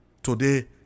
Today